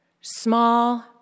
small